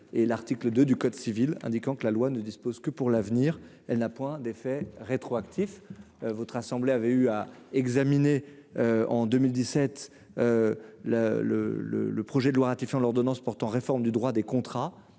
et l'article 2 du code civil indiquant que la loi ne dispose que pour l'avenir, elle n'a point d'effet rétroactif votre assemblée avait eu à examiner en 2017 le le le le projet de loi ratifiant l'ordonnance portant réforme du droit des contrats,